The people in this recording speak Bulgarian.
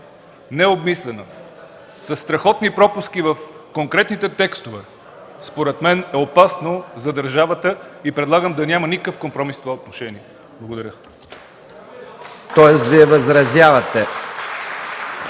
необмислена, със страхотни пропуски в съответните текстове, според мен е опасно за държавата и предлагам да няма никакъв компромис в това отношение. Благодаря.